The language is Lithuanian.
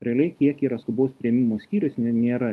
realiai kiek yra skubaus priėmimo skyrius nė nėra